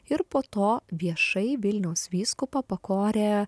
ir po to viešai vilniaus vyskupą pakorė a